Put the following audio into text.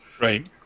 Right